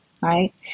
right